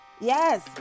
Yes